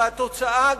והתוצאה,